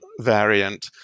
variant